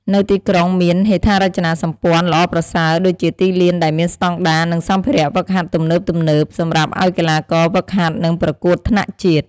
នៅទីក្រុងមាន ហេដ្ឋារចនាសម្ព័ន្ធ ល្អប្រសើរដូចជាទីលានដែលមានស្តង់ដារ និងសម្ភារៈហ្វឹកហាត់ទំនើបៗ សម្រាប់ឱ្យកីទ្បាករហ្វឹកហាត់ និងប្រកួតថ្នាក់ជាតិ។